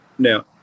Now